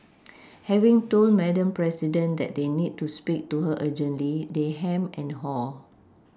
having told Madam president that they need to speak to her urgently they hem and haw